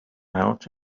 out